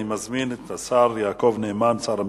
אני מזמין את השר יעקב נאמן, שר המשפטים,